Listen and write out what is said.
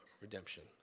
redemption